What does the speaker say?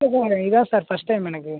இல்லை சார் இதுதான் sir first time எனக்கு